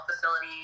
facility